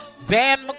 Van